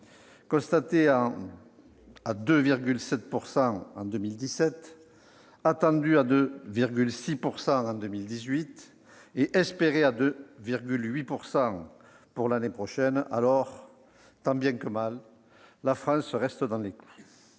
Constaté à 2,7 % en 2017, attendu à 2,6 % en 2018 et espéré à 2,8 % pour l'année prochaine, avec un tel taux, tant bien que mal, la France reste dans les clous.